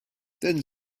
then